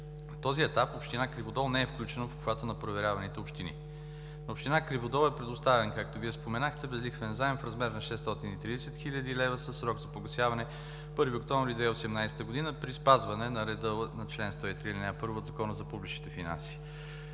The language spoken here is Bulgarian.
този етап община Криводол не е включена в обхвата на проверяваните общини. На община Криводол е предоставен, както Вие споменахте, безлихвен заем в размер на 630 хил. лв. със срок за погасяване –1 октомври 2018 г., при спазване реда на чл. 103, ал. 1 от Закона за публичните финанси.